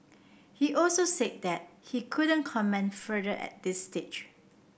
he also said that he couldn't comment further at this stage